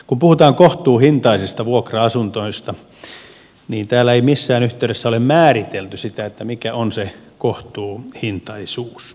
kun puhutaan kohtuuhintaisista vuokra asunnoista niin täällä ei missään yhteydessä ole määritelty sitä mikä on se kohtuuhintaisuus